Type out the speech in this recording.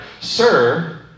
Sir